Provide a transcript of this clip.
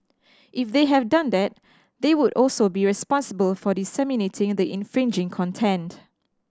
if they have done that they would also be responsible for disseminating the infringing content